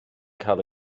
cael